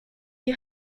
you